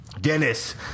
Dennis